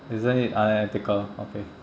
isn't it unethical okay